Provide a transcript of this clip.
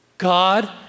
God